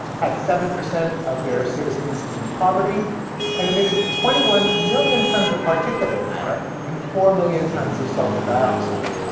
had seven percent of their citizens in poverty and emitted twenty one million tons of particulate matter and four million tons of sulfur dioxide.